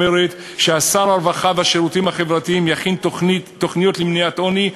אומר ששר הרווחה והשירותים החברתיים יכין תוכניות למניעת עוני,